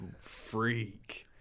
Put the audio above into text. Freak